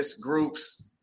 groups